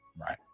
right